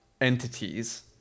entities